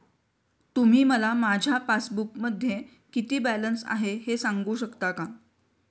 तुम्ही मला माझ्या पासबूकमध्ये किती बॅलन्स आहे हे सांगू शकता का?